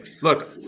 look